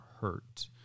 hurt